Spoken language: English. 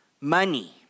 money